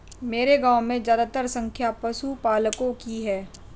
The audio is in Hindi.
मेरे गांव में ज्यादातर संख्या पशुपालकों की है